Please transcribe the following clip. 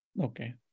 Okay